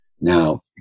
Now